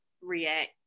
react